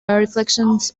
reflections